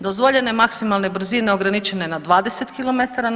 Dozvoljene maksimalne brzine ograničene na 20 km/